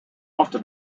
often